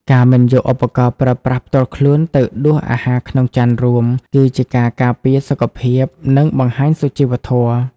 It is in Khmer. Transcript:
ការមិនយកឧបករណ៍ប្រើប្រាស់ផ្ទាល់ខ្លួនទៅដួសអាហារក្នុងចានរួម គឺជាការការពារសុខភាព និងបង្ហាញសុជីវធម៌។